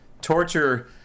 Torture